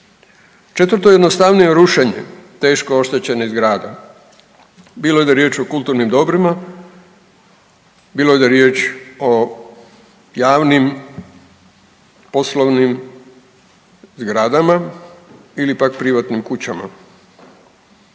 Četvrto, jednostavnije rušenje teško oštećenih zgrada bilo da je riječ o kulturnim dobrima, bilo da je riječ o javnim poslovnim zgradama ili pak privatnim kućama.